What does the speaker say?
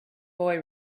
boy